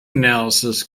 analysis